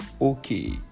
okay